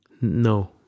No